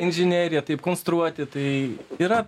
inžinerija taip konstruoti tai yra